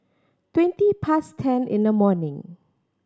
twenty past ten in the morning